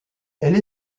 elle